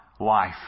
life